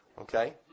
Okay